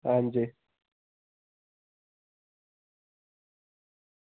आं जी